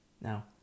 Now